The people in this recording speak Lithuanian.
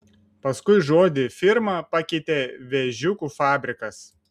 paskui žodį firma pakeitė vėžiukų fabrikas